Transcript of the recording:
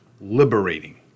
liberating